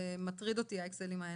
זה מטריד אותי האקסלים האלה.